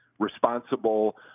responsible